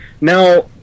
Now